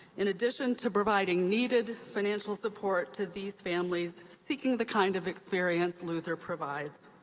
in addition to providing needed financial support to these families seeking the kind of experience luther provides.